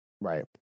Right